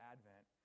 Advent